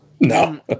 No